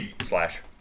slash